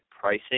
pricing